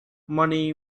money